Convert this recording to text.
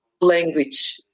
language